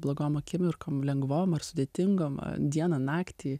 blogom akimirkom lengvom ar sudėtingom dieną naktį